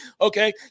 Okay